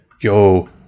yo